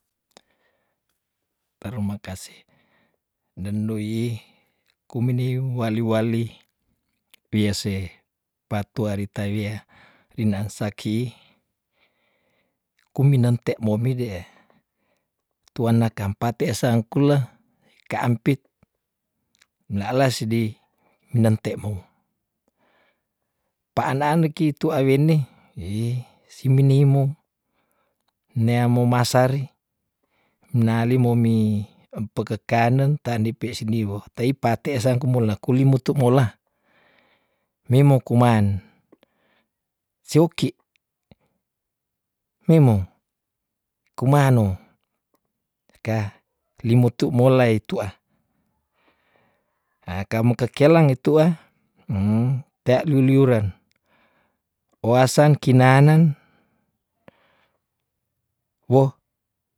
Terumakase ndendoi kumini wali wali piase patuari tawea rinaasaki kuminante momidee tuana kaampa te sangkula kaampit mina alas di minantemou paanaan kitu awene hi simini imu neamo mamasari minali momi mpakekanen tan dei pe sindiwo tei pate sangkumulakulimutu mola mei mo kuman seoki meimo, kumano ka limutu molaitua ha kamo kakelang itu tea luliureen oasang kinanen wo.